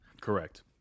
Correct